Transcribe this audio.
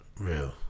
real